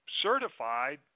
certified